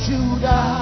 Judah